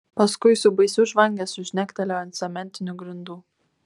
paskui su baisiu žvangesiu žnektelėjo ant cementinių grindų